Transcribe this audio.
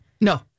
No